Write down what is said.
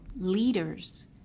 leaders